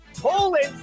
Poland